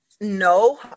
no